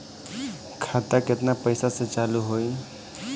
खाता केतना पैसा से चालु होई?